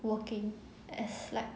working as like